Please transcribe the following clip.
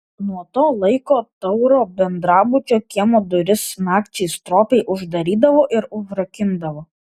nuo to laiko tauro bendrabučio kiemo duris nakčiai stropiai uždarydavo ir užrakindavo